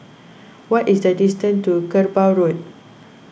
what is the distance to Kerbau Road